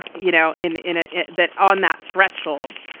you know, in in ah it that on that threshold,